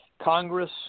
Congress